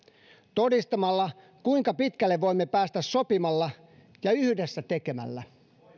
todistamalla kuinka pitkälle voimme päästä sopimalla ja yhdessä tekemällä